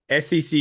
SEC